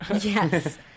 Yes